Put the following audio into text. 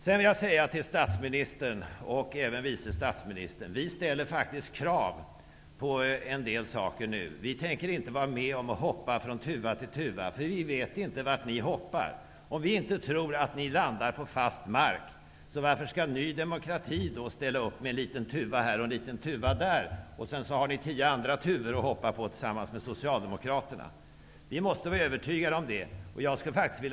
Sedan vill jag säga till statsministern och även till vice statsministern att vi faktiskt ställer krav på en del saker. Vi tänker inte vara med om att hoppa från tuva till tuva. Vi vet inte vart ni hoppar. Om vi inte tror att ni landar på fast mark, varför skall Ny demokrati ställa upp med en liten tuva här och en liten tuva där? Sedan har ni tio andra tuvor att hoppa på tillsammans med Socialdemokraterna. Vi måste vara övertygade om att landa på fast mark.